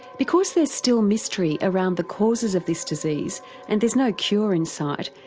because there's still mystery around the causes of this disease and there's no cure in sight,